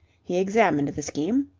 he examined the scheme.